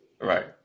Right